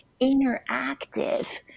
interactive